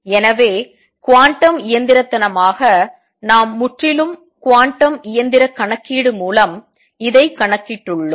எனவே குவாண்டம் இயந்திரத்தனமாக நாம் முற்றிலும் குவாண்டம் இயந்திர கணக்கீடு மூலம் இதை கணக்கிட்டுள்ளோம்